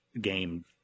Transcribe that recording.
game